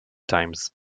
times